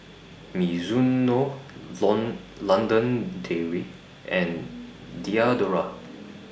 Mizuno London Dairy and Diadora